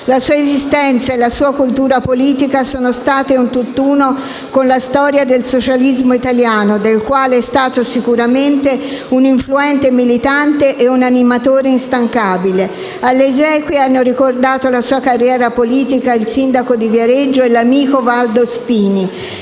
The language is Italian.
La sua esistenza e la sua cultura politica sono state un tutt'uno con la storia del socialismo italiano, del quale è stato sicuramente un influente militante e un animatore instancabile. Alle esequie hanno ricordato la sua carriera politica il sindaco di Viareggio e l'amico Valdo Spini;